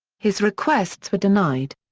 his requests were denied.